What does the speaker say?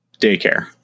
daycare